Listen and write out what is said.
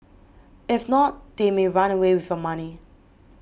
if not they may run away with money